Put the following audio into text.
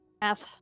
Math